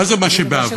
מה זה מה שבעבר?